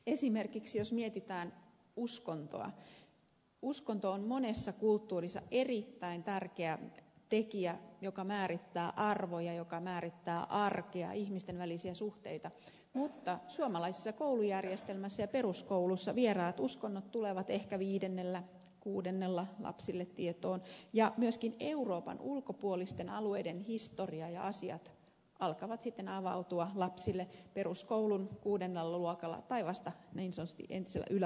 esimerkiksi jos mietitään uskontoa niin uskonto on monessa kulttuurissa erittäin tärkeä tekijä joka määrittää arvoja joka määrittää arkea ihmisten välisiä suhteita mutta suomalaisessa koulujärjestelmässä ja peruskoulussa vieraat uskonnot tulevat ehkä viidennellä kuudennella lapsille tietoon ja myöskin euroopan ulkopuolisten alueiden historia ja asiat alkavat avautua lapsille peruskoulun kuudennella luokalla tai vasta niin sanotusti entisellä yläasteella